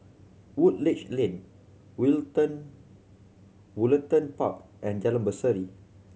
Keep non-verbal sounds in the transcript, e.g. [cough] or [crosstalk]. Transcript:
Woodleigh Lane [unintelligible] Woollerton Park and Jalan Berseri